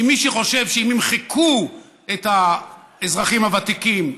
כי אם מישהו חושב שאם ימחקו את האזרחים הוותיקים,